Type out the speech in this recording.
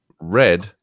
red